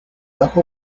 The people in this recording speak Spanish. bajo